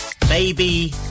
Baby